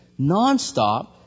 nonstop